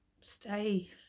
stay